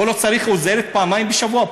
הוא לא צריך עוזרת פעמיים בשבוע?